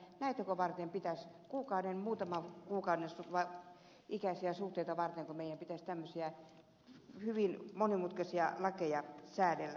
näitäkö varten pitäisi kuukauden muutaman kuukauden ikäisiä suhteita vartenko meidän pitäisi tämmöisiä hyvin monimutkaisia lakeja säätää